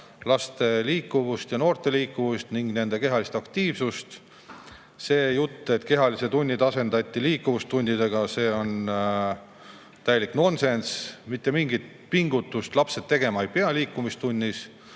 laste ja noorte liikuvust ning nende kehalist aktiivsust. See, et kehalise tunnid asendati liikuvustundidega, on täielik nonsenss. Mitte mingit pingutust lapsed liikumistunnis